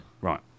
Right